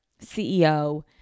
CEO